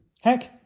Heck